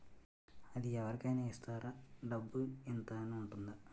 అది అవరి కేనా ఇస్తారా? డబ్బు ఇంత అని ఉంటుందా?